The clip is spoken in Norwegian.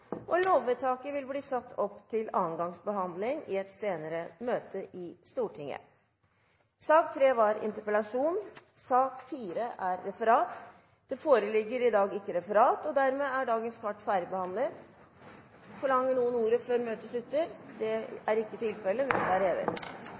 og lovene i sin helhet. Lovvedtaket vil bli satt opp til andre gangs behandling i et senere møte i Stortinget. I sak nr. 3 foreligger det ikke noe voteringstema. Det foreligger ikke noe referat. Dermed er dagens kart ferdigbehandlet. Forlanger noen ordet før møtet